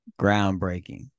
Groundbreaking